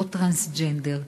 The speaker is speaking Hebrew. או טרנסג'נדרים.